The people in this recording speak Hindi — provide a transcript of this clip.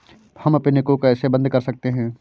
हम पिन को कैसे बंद कर सकते हैं?